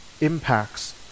impacts